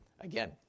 again